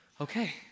Okay